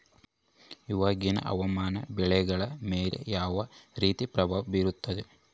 ಇವಾಗಿನ ಹವಾಮಾನ ಬೆಳೆಗಳ ಮೇಲೆ ಯಾವ ರೇತಿ ಪ್ರಭಾವ ಬೇರುತ್ತದೆ?